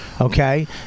Okay